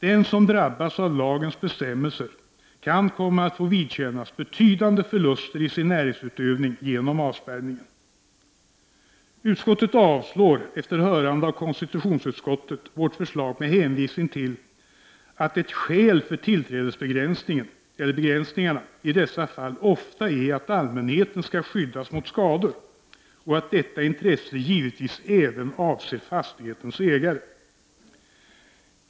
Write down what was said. Den som drabbas av lagens bestämmelser kan komma att få vidkännas betydande förluster i sin näringsutövning genom avspärrningen. Utskottet avstyrker efter hörande av konstitutionsutskottet vårt förslag med hänvisning till att ett skäl för tillträdesbegränsningarna i dessa fall ofta är att allmänheten skall skyddas mot skador och att detta intresse givetvis även avser fastighetens ägare.